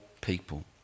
people